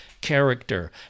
character